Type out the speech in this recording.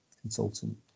consultant